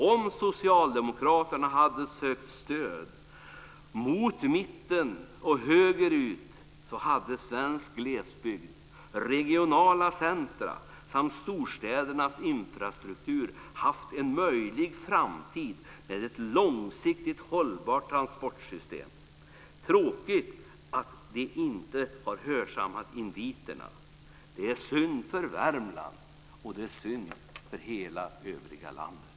Om Socialdemokraterna hade sökt stöd mot mitten och högerut hade svensk glesbygds regionala centrum samt storstädernas infrastruktur haft en möjlig framtid med ett långsiktigt hållbart transportsystem. Det är tråkigt att de inte har hörsammat inviterna. Det är synd för Värmland, och det är synd för hela övriga landet.